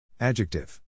Adjective